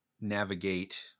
navigate